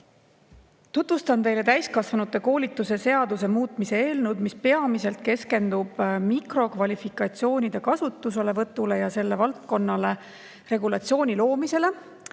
Tutvustan teile täiskasvanute koolituse seaduse muutmise eelnõu, mis peamiselt keskendub mikrokvalifikatsioonide kasutuselevõtule ja sellele valdkonnale regulatsiooni loomisele